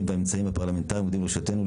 והאמצעים הפרלמנטריים העומדים לרשותנו,